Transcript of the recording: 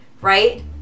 right